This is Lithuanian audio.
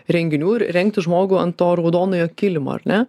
renginių ir rengti žmogų ant to raudonojo kilimo ar ne